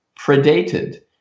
predated